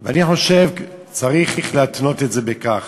אני חושב שצריך להתנות את זה בכך,